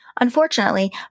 Unfortunately